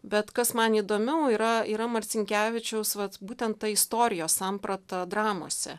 bet kas man įdomiau yra yra marcinkevičiaus vat būtent ta istorijos samprata dramose